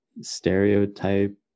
stereotype